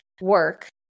work